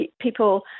people